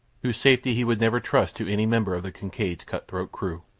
whose safety he would never trust to any member of the kincaid's cut-throat crew.